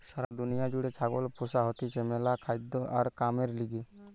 সারা দুনিয়া জুড়ে ছাগল পোষা হতিছে ম্যালা খাদ্য আর কামের লিগে